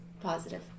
positive